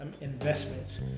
investments